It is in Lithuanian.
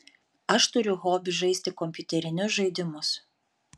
aš turiu hobį žaisti kompiuterinius žaidimus